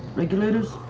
regulators!